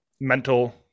mental